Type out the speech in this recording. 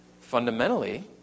Fundamentally